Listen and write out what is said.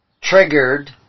triggered